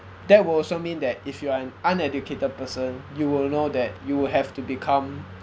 that will also mean that if you are an uneducated person you will know that you will have to become